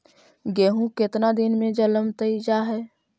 गेहूं केतना दिन में जलमतइ जा है?